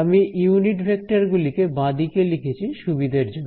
আমি unit vector গুলিকে বাঁদিকে লিখেছি সুবিধের জন্য